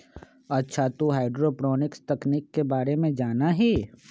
अच्छा तू हाईड्रोपोनिक्स तकनीक के बारे में जाना हीं?